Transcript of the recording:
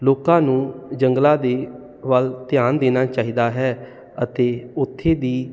ਲੋਕਾਂ ਨੂੰ ਜੰਗਲਾਂ ਦੇ ਵੱਲ ਧਿਆਨ ਦੇਣਾ ਚਾਹੀਦਾ ਹੈ ਅਤੇ ਉੱਥੇ ਦੀ